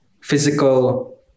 physical